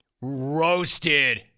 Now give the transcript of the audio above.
Roasted